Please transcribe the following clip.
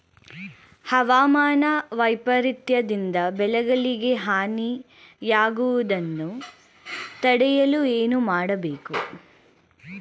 ಹವಾಮಾನ ವೈಪರಿತ್ಯ ದಿಂದ ಬೆಳೆಗಳಿಗೆ ಹಾನಿ ಯಾಗುವುದನ್ನು ತಡೆಯಲು ಏನು ಮಾಡಬೇಕು?